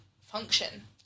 function